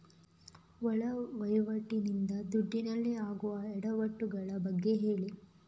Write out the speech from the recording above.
ಒಳ ವಹಿವಾಟಿ ನಿಂದ ದುಡ್ಡಿನಲ್ಲಿ ಆಗುವ ಎಡವಟ್ಟು ಗಳ ಬಗ್ಗೆ ಹೇಳಿ